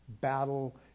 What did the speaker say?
battle